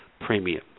premium